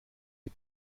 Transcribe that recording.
die